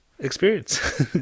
experience